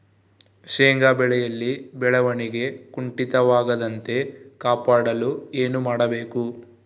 ಶೇಂಗಾ ಬೆಳೆಯಲ್ಲಿ ಬೆಳವಣಿಗೆ ಕುಂಠಿತವಾಗದಂತೆ ಕಾಪಾಡಲು ಏನು ಮಾಡಬೇಕು?